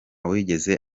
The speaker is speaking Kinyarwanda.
wigeze